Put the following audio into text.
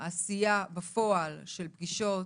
העשייה בפועל של פגישות,